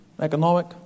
economic